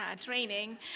training